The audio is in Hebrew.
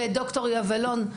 וד״ר יבלון,